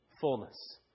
fullness